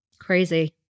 crazy